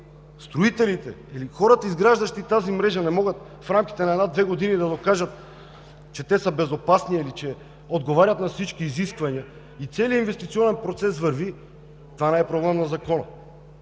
строителите или хората, изграждащи тази мрежа, не могат в рамките на една-две години да докажат, че те са безопасни или че отговарят на всички изисквания и целият инвестиционен процес върви, това не е проблем на Закона.